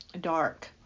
dark